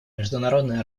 международные